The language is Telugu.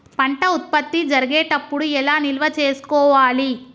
పంట ఉత్పత్తి జరిగేటప్పుడు ఎలా నిల్వ చేసుకోవాలి?